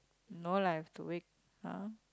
no lah I've to wake